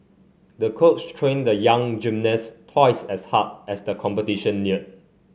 the coach trained the young gymnast twice as hard as the competition neared